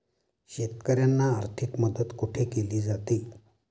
शेतकऱ्यांना आर्थिक मदत कुठे केली जाते?